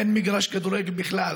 אין מגרש כדורגל בכלל.